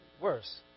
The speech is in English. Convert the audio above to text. worse